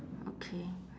okay